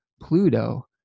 Pluto